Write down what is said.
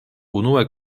unue